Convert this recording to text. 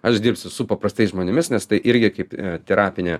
aš dirbsiu su paprastais žmonėmis nes tai irgi kaip terapinė